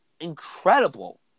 incredible